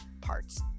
parts